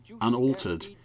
unaltered